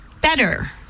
better